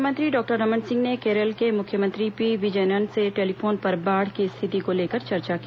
मुख्यमंत्री डॉक्टर रमन सिंह ने केरल के मुख्यमंत्री पी विजयनन से टेलीफोन पर बाढ़ की स्थिति को लेकर चर्चा की